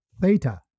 theta